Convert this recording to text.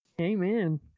Amen